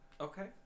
Okay